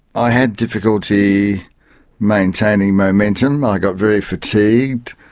i had difficulty maintaining momentum, i got very fatigued.